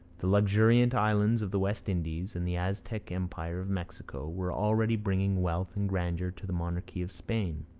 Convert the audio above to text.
the luxuriant islands of the west indies, and the aztec empire of mexico, were already bringing wealth and grandeur to the monarchy of spain.